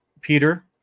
Peter